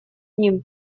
ним